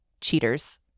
cheaters